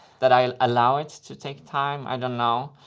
that i'll allow it to take time. i don't know.